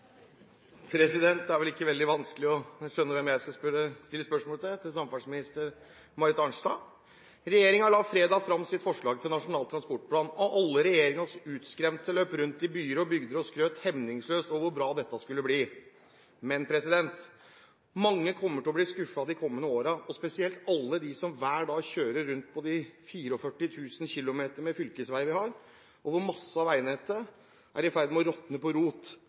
Det er vel ikke veldig vanskelig å skjønne hvem jeg skal stille spørsmål til – det er til samferdselsminister Marit Arnstad. Regjeringen la fredag fram sitt forslag til Nasjonal transportplan. Alle regjeringens utskremte løp rundt i byer og bygder og skrøt hemningsløst av hvor bra dette skulle bli. Men mange kommer til å bli skuffet de kommende årene, spesielt alle de som hver dag kjører rundt på de 44 000 km med fylkesveier vi har. Mye av veinettet er i ferd med å råtne på rot.